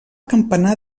campanar